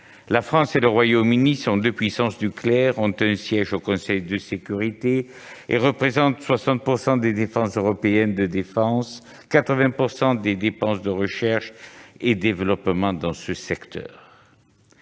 La France et le Royaume-Uni sont deux puissances nucléaires, ont un siège au Conseil de sécurité des Nations unies et représentent 60 % des dépenses européennes de défense et 80 % des dépenses de recherche et développement dans ce secteur.